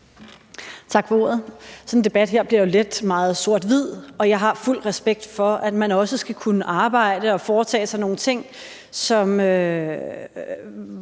Tak for ordet. Sådan en debat her bliver jo let meget sort-hvid, og jeg har fuld respekt for, at man også skal kunne arbejde og foretage sig nogle ting og